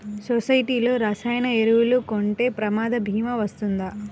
సొసైటీలో రసాయన ఎరువులు కొంటే ప్రమాద భీమా వస్తుందా?